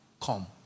come